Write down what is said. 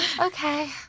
okay